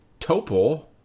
Topol